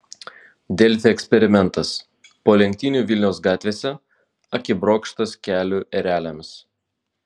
delfi eksperimentas po lenktynių vilniaus gatvėse akibrokštas kelių ereliams